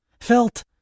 felt